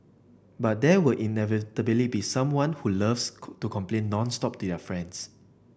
but there will inevitably be someone who loves could to complain nonstop their friends